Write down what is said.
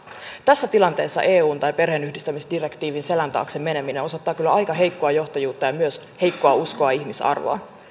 tässä tilanteessa eun tai perheenyhdistämisdirektiivin selän taakse meneminen osoittaa kyllä aika heikkoa johtajuutta ja myös heikkoa uskoa ihmisarvoon